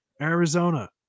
Arizona